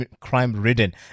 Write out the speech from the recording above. crime-ridden